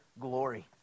glory